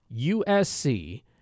USC